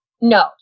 No